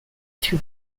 two